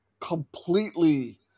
completely